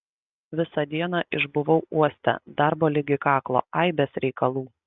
visą dieną išbuvau uoste darbo ligi kaklo aibės reikalų